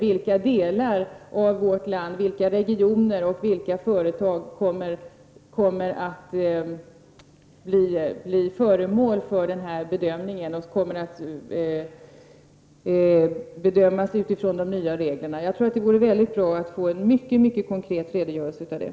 Vilka delar av vårt land, vilka regioner och vilka företag kommer att bli föremål för denna bedömning, utifrån de nya reglerna? Det vore bra att få en mycket konkret redogörelse för det.